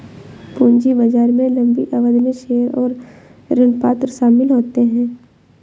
पूंजी बाजार में लम्बी अवधि में शेयर और ऋणपत्र शामिल होते है